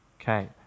Okay